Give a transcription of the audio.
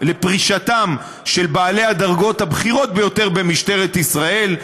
הביא לפרישתם של בעלי הדרגות הבכירות ביותר במשטרת ישראל,